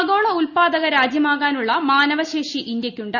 ആഗോള ഉത്പാദക രാജ്യമാകാനുള്ള മാനവ ശേഷി ഇന്ത്യക്കുണ്ട്